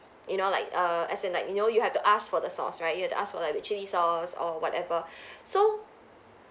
you know like err as in like you know you have to ask for the sauce right you have to ask for like the chilli sauce or whatever so